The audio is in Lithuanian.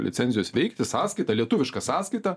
licencijos veikti sąskaitą lietuvišką sąskaitą